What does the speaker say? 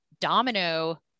domino